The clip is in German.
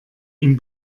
ihn